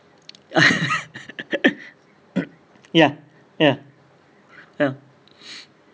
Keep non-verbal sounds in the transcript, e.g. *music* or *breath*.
*laughs* *coughs* ya ya ah *breath*